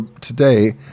today